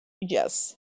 Yes